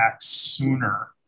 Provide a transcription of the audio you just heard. sooner